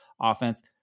offense